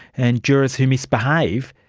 and jurors who misbehave,